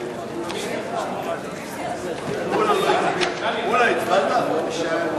ההצעה להעביר את הצעת חוק להרחבת ייצוג